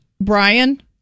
Brian